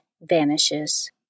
vanishes